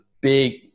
big